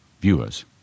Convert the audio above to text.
viewers